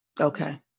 Okay